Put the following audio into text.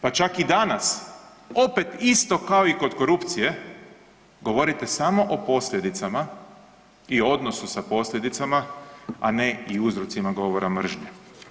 Pa čak i danas opet isto kao i kod korupcije govorite samo o posljedicama i o odnosu sa posljedicama, a ne i o uzrocima govora mržnje.